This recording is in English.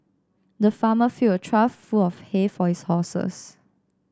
the farmer filled a trough full of hay for his horses